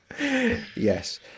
yes